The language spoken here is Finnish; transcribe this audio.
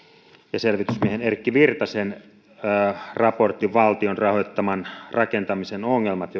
ja selvitysmiehen erkki virtasen raportti valtion rahoittaman rakentamisen ongelmat